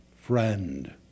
friend